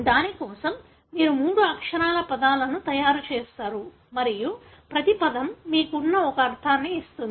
దాని కోసం మీరు మూడు అక్షరాల పదాలను తయారు చేస్తారు మరియు ప్రతి పదం మీకు ఒక అర్థాన్ని ఇస్తుంది